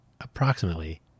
approximately